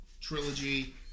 trilogy